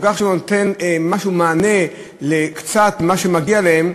שנותן קצת מענה למה שמגיע להם.